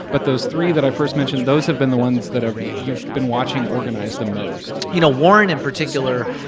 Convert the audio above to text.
but those three that i first mentioned, those have been the ones that ah you've been watching organize the most you know, warren in particular,